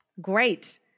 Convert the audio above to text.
Great